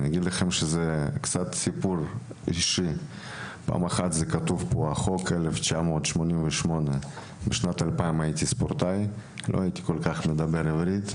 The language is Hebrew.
אני אספר לכם סיפור אישי: החוק שכתוב פה הוא משנת 1998. אני הייתי ספורטאי בשנת 2000. לא דיברתי עברית כל כך,